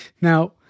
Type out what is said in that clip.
Now